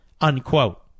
Unquote